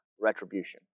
retribution